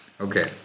Okay